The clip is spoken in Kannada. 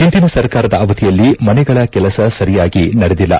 ಹಿಂದಿನ ಸರ್ಕಾರದ ಅವಧಿಯಲ್ಲಿ ಮನೆಗಳ ಕೆಲಸ ಸರಿಯಾಗಿ ನಡೆದಿಲ್ಲ